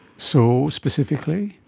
so, specifically?